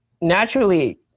naturally